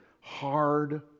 hard